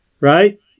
right